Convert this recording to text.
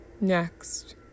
Next